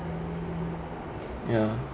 ya